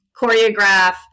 choreograph